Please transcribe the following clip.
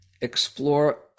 explore